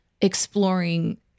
exploring